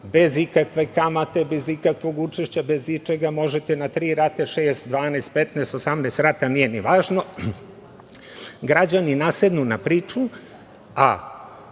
bez ikakve kamate, bez ikakvog učešća, bez ičega možete na tri rate, šest, 12, 15, 18 rata, nije ni važno. Građani nasednu na priču,